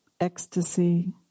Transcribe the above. ecstasy